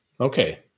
Okay